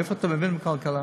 מאיפה אתה מבין בכלכלה?